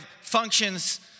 functions